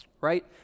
right